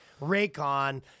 Raycon